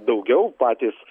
daugiau patys